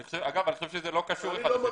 אני חושב שזה לא קשור אחד לשני.